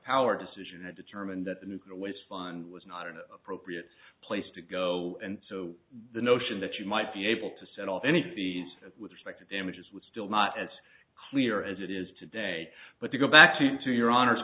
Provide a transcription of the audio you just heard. power decision that determined that the nuclear waste fund was not an appropriate place to go and so the notion that you might be able to set off any of these with respect to damages was still not as clear as it is today but to go back to to your honor